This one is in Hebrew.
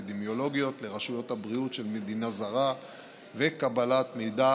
אפידמיולוגיות לרשויות הבריאות של מדינה זרה וקבלת מידע